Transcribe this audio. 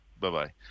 Bye-bye